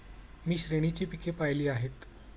मी श्रेणीची पिके पाहिली आहेत